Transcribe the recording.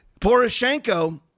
Poroshenko